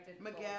Miguel